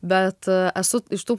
bet esu iš tų